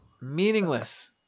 Meaningless